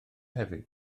hefyd